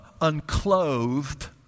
unclothed